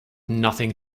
nothing